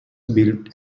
built